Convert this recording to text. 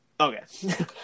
Okay